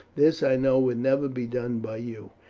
this i know would never be done by you,